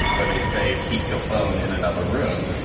where they'd say, keep your phone in another room.